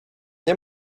nie